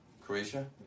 Croatia